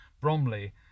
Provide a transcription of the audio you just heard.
Bromley